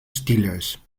steelers